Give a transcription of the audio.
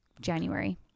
January